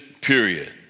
period